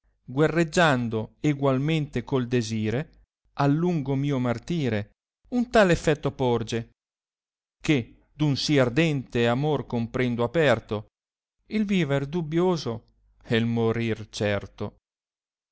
guerreggiando egualmente col desire al lungo mio martire un tal effetto porge che d un sì ardente amor comprendo aperto il viver dubbioso e il morir certo